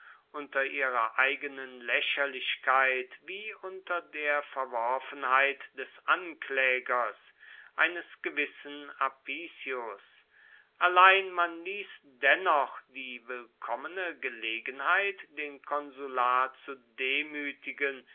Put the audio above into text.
unter ihrer eigenen lächerlichkeit wie unter der verworfenheit des anklägers eines gewissen apicius allein man ließ dennoch die willkommene gelegenheit den konsular zu demütigen